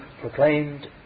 proclaimed